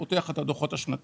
הוא פותח את הדו"חות השנתיים.